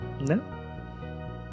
No